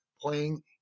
playing